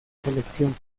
selección